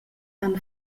han